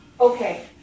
okay